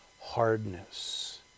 hardness